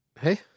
Hey